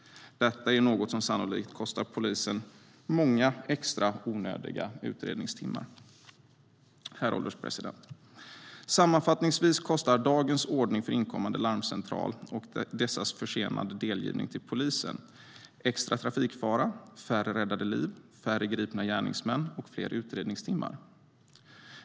Detta kostar sannolikt polisen många extra och onödiga utredningstimmar. Herr ålderspresident! Sammanfattningsvis medför dagens ordning för inkommande larmsamtal och de försenade delgivningarna till polisen större trafikfara, färre räddade liv, färre gripna gärningsmän och fler utredningstimmar.